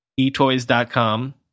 eToys.com